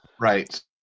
right